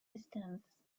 distance